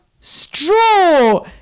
straw